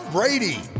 Brady